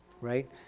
Right